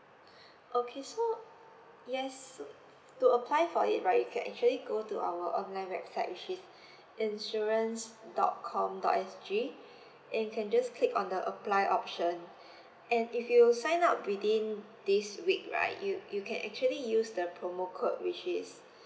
okay so yes to apply for it right you can actually go to our online website which is insurance dot com dot S G and you can just click on the apply option and if you sign up within this week right you you can actually use the promo code which is